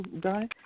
guy